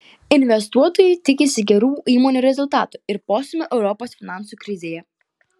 investuotojai tikisi gerų įmonių rezultatų ir postūmio europos finansų krizėje